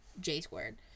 J-Squared